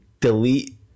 delete